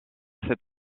cet